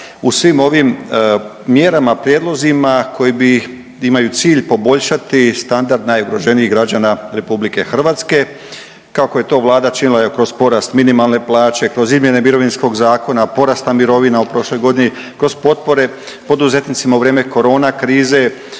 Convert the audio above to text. u svim ovim mjerama, prijedlozima koji bi, imaju cilj poboljšati standard najugroženijih građana Republike Hrvatske kako je to Vlada činila kroz porast minimalne plaće, kroz izmjene Mirovinskog zakona, porasta mirovina u prošloj godini, kroz potpore poduzetnicima u vrijeme corona krize,